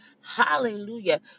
hallelujah